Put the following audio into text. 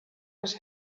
was